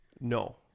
No